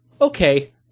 okay